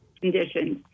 conditions